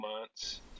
months